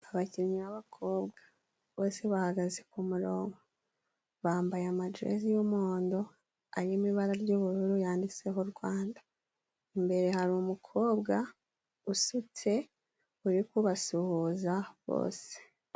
Abakinnyi b'abakobwa bose bahagaze ku murongo, bambaye amajezi y'umuhondo arimo ibara ry'ubururu yanditseho Rwanda. Imbere hari umukobwa usutse uri kubasuhuza bose.